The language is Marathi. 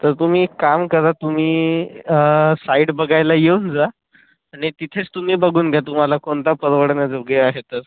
तर तुम्ही एक काम करा तुम्ही साइड बघायला येऊन जा आणि तिथेच तुम्ही बघून घ्या तुम्हाला कोणता परवडण्याजोगे आहे तर